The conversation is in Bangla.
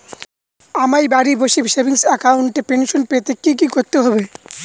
আমায় বাড়ি বসে সেভিংস অ্যাকাউন্টে পেনশন পেতে কি কি করতে হবে?